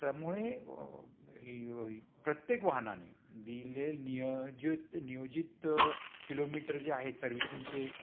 त्यामुळे प्रत्येक वाहनाने दिले नियोजित नियोजित किलोमीटर जे आहेत सर्व्हिसिंगचे